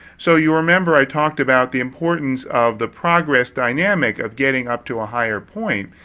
so, you remember i talked about the importance of the progress dynamic of getting up to a higher point.